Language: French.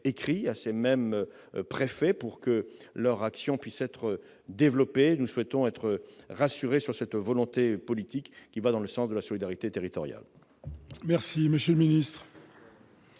écrit à ces mêmes préfets afin que leur action puisse être développée. Nous souhaitons être rassurés sur cette volonté politique qui va dans le sens de la solidarité territoriale.